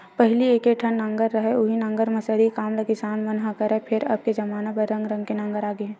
पहिली एके ठन नांगर रहय उहीं नांगर म सरी काम ल किसान मन ह करय, फेर अब के जबाना म रंग रंग के नांगर आ गे हे